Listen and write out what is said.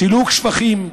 סילוק שפכים,